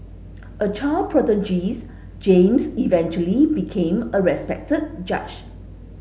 a child prodigy James eventually became a respected judge